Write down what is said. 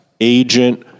agent